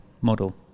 model